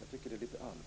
Jag tycker att det är allvarligt.